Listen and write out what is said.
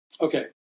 Okay